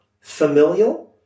familial